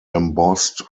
embossed